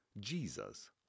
Jesus